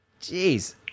Jeez